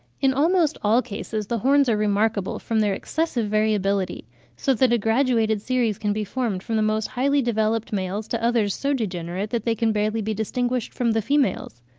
in almost all cases, the horns are remarkable from their excessive variability so that a graduated series can be formed, from the most highly developed males to others so degenerate that they can barely be distinguished from the females.